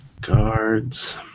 Guards